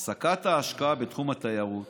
הפסקת ההשקעה בתחום התיירות,